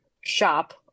shop